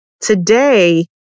Today